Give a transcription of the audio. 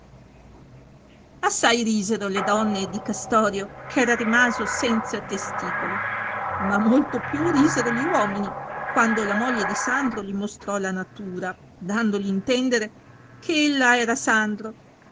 assai risero le donne di castorio che era rimaso senza testicoli ma molto più risero gli uomini quando la moglie di sandro gli mostrò la natura dandogli intendere che ella era sandro